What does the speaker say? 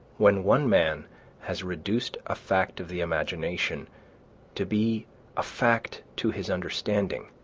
when one man has reduced a fact of the imagination to be a fact to his understanding,